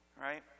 right